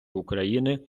україни